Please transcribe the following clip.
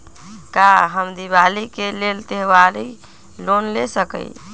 का हम दीपावली के लेल त्योहारी लोन ले सकई?